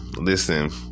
Listen